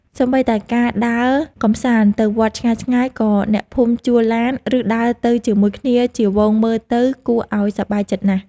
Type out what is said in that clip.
សូម្បីតែការដើរកម្សាន្តទៅវត្តឆ្ងាយៗ ក៏អ្នកភូមិជួលឡាន ឬដើរទៅជាមួយគ្នាជាហ្វូងមើលទៅគួរឱ្យសប្បាយចិត្តណាស់។